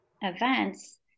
events